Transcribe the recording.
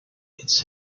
its